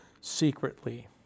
secretly